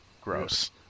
Gross